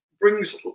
brings